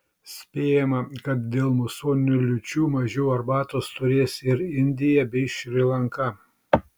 spėjama kad dėl musoninių liūčių mažiau arbatos turės ir indija bei šri lanka